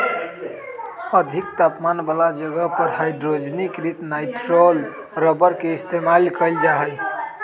अधिक तापमान वाला जगह पर हाइड्रोजनीकृत नाइट्राइल रबर के इस्तेमाल कइल जा हई